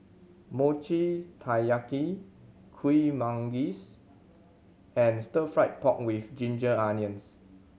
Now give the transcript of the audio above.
Mochi Taiyaki Kuih Manggis and Stir Fried Pork With Ginger Onions